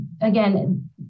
Again